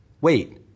Wait